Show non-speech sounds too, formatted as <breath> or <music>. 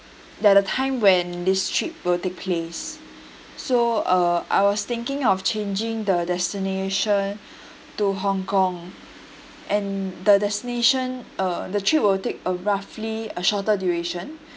the the time when this trip will take place so uh I was thinking of changing the destination <breath> to hong kong and the destination err the trip will take a roughly a shorter duration